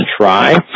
try